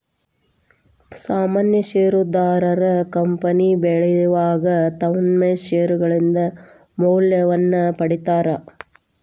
ಸಾಮಾನ್ಯ ಷೇರದಾರ ಕಂಪನಿ ಬೆಳಿವಾಗ ತಮ್ಮ್ ಷೇರ್ಗಳಿಂದ ಮೌಲ್ಯವನ್ನ ಪಡೇತಾರ